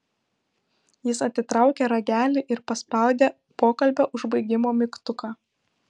jis atitraukė ragelį ir paspaudė pokalbio užbaigimo mygtuką